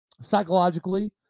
psychologically